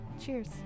cheers